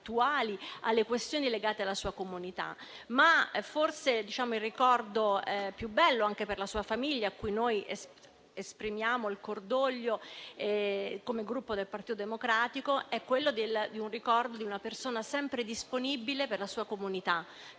alle questioni legate alla sua comunità. Forse, però, il ricordo più bello, anche per la sua famiglia, cui esprimiamo il cordoglio come Gruppo Partito Democratico, è il ricordo di una persona sempre disponibile per la comunità: